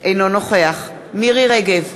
אינו נוכח מירי רגב,